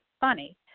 funny